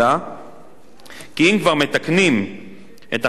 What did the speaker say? כי אם כבר מתקנים את החוק בנוגע למועצה,